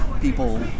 people